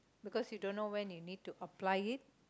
because you don't know when you need to apply it